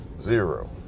Zero